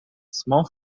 small